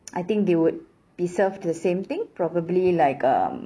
I think they would be served the same thing probably like um